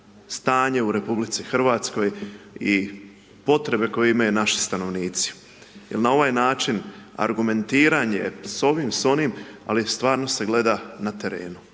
stanje u RH i potrebe koje imaju naši stanovnici jer na ovaj način argumentiranje s ovim, s onim ali stvarno se gleda na terenu.